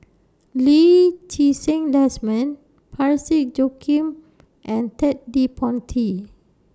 Lee Ti Seng Desmond Parsick Joaquim and Ted De Ponti